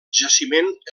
jaciment